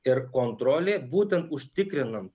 ir kontrolė būtent užtikrinan